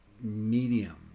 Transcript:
medium